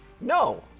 No